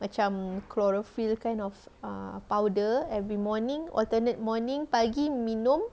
macam chlorophyll kind of err powder every morning alternate morning pagi minum